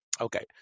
Okay